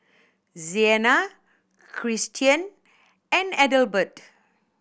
Sienna Kristian and Adelbert